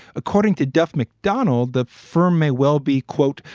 according to duff mcdonald, the firm may well be, quote,